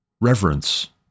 reverence